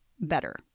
better